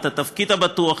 את התפקיד הבטוח,